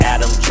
Adam